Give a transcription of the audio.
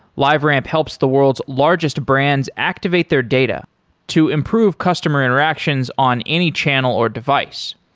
liveramp helps the world's largest brands activate their data to improve customer interactions on any channel or device.